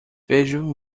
vejo